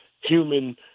human